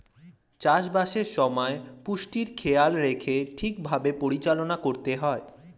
চাষ বাসের সময় পুষ্টির খেয়াল রেখে ঠিক ভাবে পরিচালনা করতে হয়